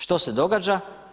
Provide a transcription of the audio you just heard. Što se događa?